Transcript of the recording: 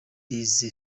this